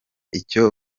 icyo